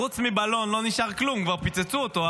חוץ מבלון לא נשאר כלום, כבר פוצצו אותו.